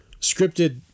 Scripted